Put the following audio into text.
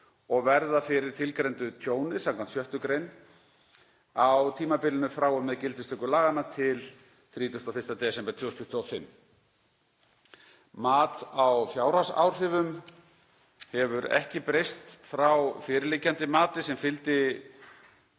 og verða fyrir tilgreindu tjóni skv. 6. gr., á tímabilinu frá og með gildistöku laganna til 31. desember 2025. Mat á fjárhagsáhrifum hefur ekki breyst frá fyrirliggjandi mati sem fylgdi